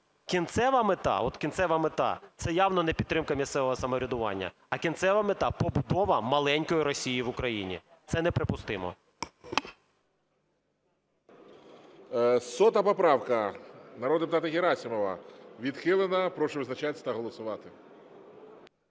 кінцева мета – це явно не підтримка місцевого самоврядування. а кінцева мета: побудова маленької Росії в Україні. Це неприпустимо.